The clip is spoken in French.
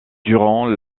durant